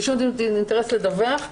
ושום אינטרס לדווח,